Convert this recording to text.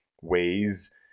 ways